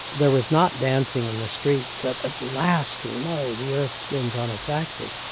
there was not dancing in the streets that at last we know the earth spins on its axis,